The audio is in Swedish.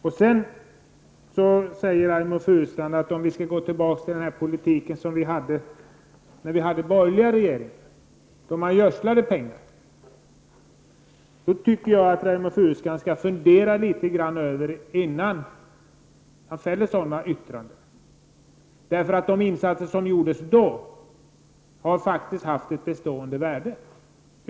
Reynoldh Furustrand frågar sedan om vi skall gå tillbaka till den politik vi hade under de borgerliga regeringarna, då man gödslade med pengar. Jag tycker nog att Reynoldh Furustrand borde fundera litet innan han fäller sådana yttranden. De insatser som då gjordes har faktiskt haft ett bestående värde.